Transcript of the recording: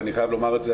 ואני חייב לומר את זה,